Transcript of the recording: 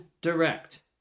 direct